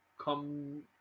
come